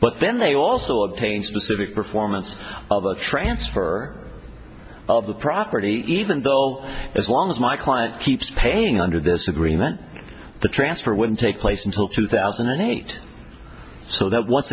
but then they also obtain specific performance of a transfer of the property even dull as long as my client keeps paying under this agreement the transfer wouldn't take place until two thousand and eight so that once